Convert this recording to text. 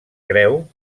creu